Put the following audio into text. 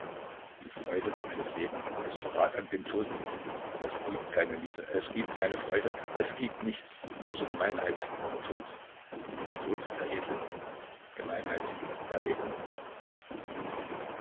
die freude eines lebenden ist verrat an den toten es gibt keine liebe es gibt keine freude es gibt nichts außer gemeinheit und tod tod der edlen gemeinheit der lebenden